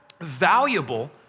valuable